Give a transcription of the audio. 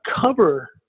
cover